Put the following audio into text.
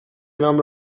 نام